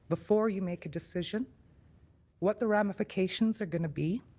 before you make a decision what the ramifications are going to be.